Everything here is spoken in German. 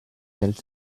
welt